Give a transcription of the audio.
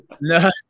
No